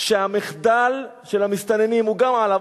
שהמחדל של המסתננים הוא גם עליו,